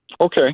Okay